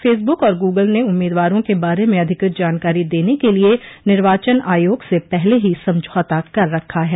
Facebook और Google ने उम्मीदवारों के बारे में अधिकृत जानकारी देने के लिए निर्वाचन आयोग से पहले ही समझौता कर रखा है